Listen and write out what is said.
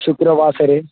शुक्रवासरे